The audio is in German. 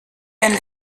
wenn